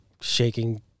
shaking